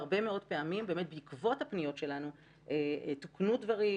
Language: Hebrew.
והרבה מאוד פעמים באמת בעקבות הפניות שלנו תוקנו דברים,